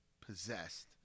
possessed